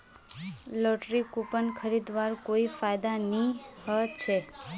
lottery coupon खरीदवार कोई फायदा नी ह छ